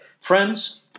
Friends